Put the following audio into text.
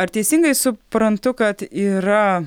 ar teisingai suprantu kad yra